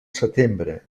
setembre